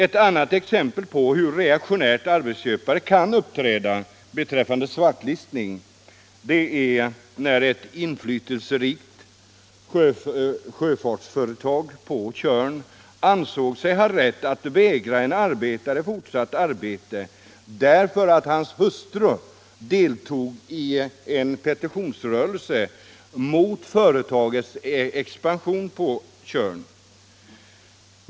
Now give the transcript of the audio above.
Ett annat exempel på hur reaktionärt arbetsköpare kan uppträda beträffande svartlistning är att ett inflytelserikt sjöfartsföretag på Tjörn ansåg sig ha rätt att vägra en arbetare fortsatt arbete, därför att hans hustru deltog i en petitionsrörelse mot företagets expansion på Tjörn.